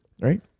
Right